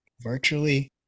virtually